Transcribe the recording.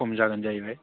खम जागोन जाहैबाय